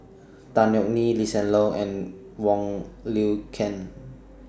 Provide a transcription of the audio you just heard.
Tan Yeok Nee Lee Hsien Loong and Wong Lin Ken